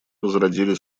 возродили